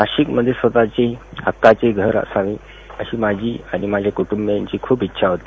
नाशिकमध्ये स्वतःचे हक्काचे घर असावे अशी माझी आणि माझ्या कुटुंबीयांची खूप इच्छा होती